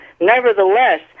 Nevertheless